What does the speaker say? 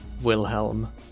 Wilhelm